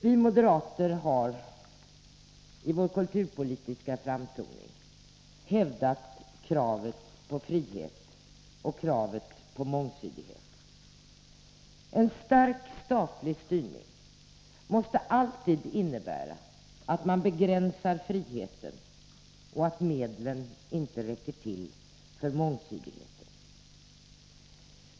Vi moderater har i vår kulturpolitiska framtoning hävdat kravet på frihet och mångsidighet. En stark statlig styrning måste alltid innebära att man begränsar friheten och att medlen inte räcker till för mångsidighet.